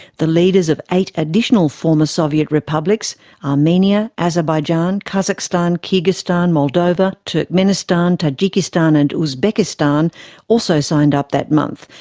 the leaders of eight additional former soviet republics armenia, azerbaijan, kazakhstan, kyrgyzstan, moldova, turkmenistan, tajikistan, and uzbekistan also signed up that month,